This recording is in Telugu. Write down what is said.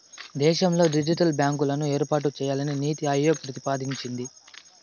దేశంలో డిజిటల్ బ్యాంకులను ఏర్పాటు చేయాలని నీతి ఆయోగ్ ప్రతిపాదించింది